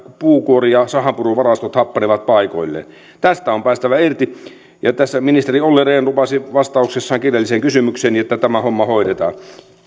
puunkuori ja sahanpuruvarastot happanevat paikoilleen tästä on päästävä irti ja ministeri olli rehn lupasi vastauksessaan kirjalliseen kysymykseeni että tämä homma hoidetaan